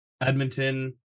Edmonton